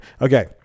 Okay